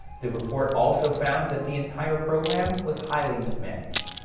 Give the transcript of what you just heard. the report also found that the entire program was highly mismanaged.